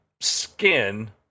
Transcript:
skin